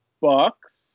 Bucks